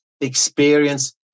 experience